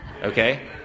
Okay